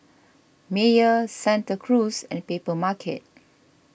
Mayer Santa Cruz and Papermarket